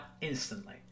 instantly